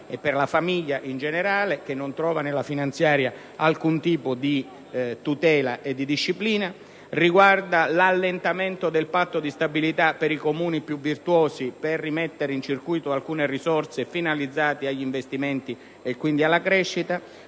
e la famiglia in generale (che non trova nella finanziaria alcun tipo di tutela e di disciplina), l'allentamento del Patto di stabilità per i Comuni più virtuosi (per rimettere in circuito alcune risorse finalizzate agli investimenti e quindi alla crescita),